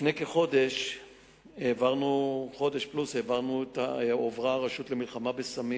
לפני כחודש הועברה הרשות למלחמה בסמים